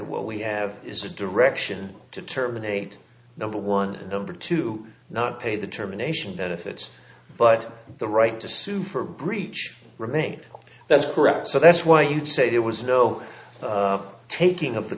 that what we have is a direction to terminate number one number two not pay the termination benefits but the right to sue for breach remained that's correct so that's why you say there was a bill taking up the